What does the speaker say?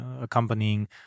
accompanying